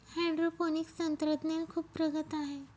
hydroponics तंत्रज्ञान खूप प्रगत आहे